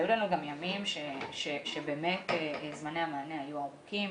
היו לנו גם ימים שבאמת זמני המענה היו ארוכים,